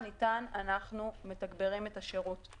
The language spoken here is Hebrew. אנחנו מתגברים את השירות ככל הניתן.